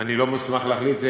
אני לא מוסמך להחליט.